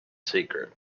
secret